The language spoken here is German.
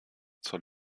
zur